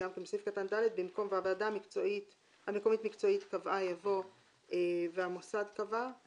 במקום "והועדה המקומית המקצועית קבעה" יבוא "והמוסד קבע";